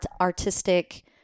artistic